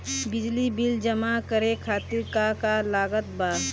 बिजली बिल जमा करे खातिर का का लागत बा?